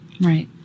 Right